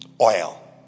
oil